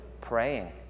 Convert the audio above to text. Praying